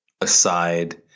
aside